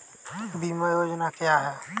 बीमा योजना क्या है?